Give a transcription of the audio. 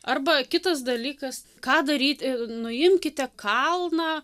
arba kitas dalykas ką daryt nuimkite kalną